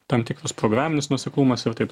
tam tikras programinis nuoseklumas ir taip